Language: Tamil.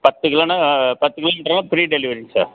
பத்து கிலோன்னால் பத்து கிலோன்றால் ஃப்ரீ டெலிவரி சார்